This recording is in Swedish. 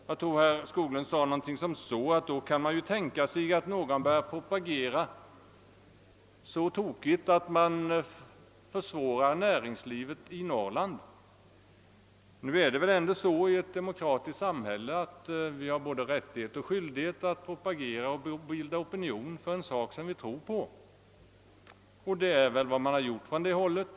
Jag tror herr Skoglund sade ungefär som så, att man då kunde tänka sig att någon börjar propagera så duktigt, att näringslivet i Norrland därigenom skulle kunna försvåras. Men i ett demokratiskt samhälle har man väl ändå både rättighet och skyldighet att propagera och bilda opinion för en sak som man tror på, och det är väl detta man har gjort på det hållet.